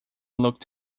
looked